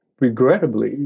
Regrettably